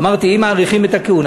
אמרתי: אם מאריכים את הכהונה,